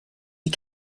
you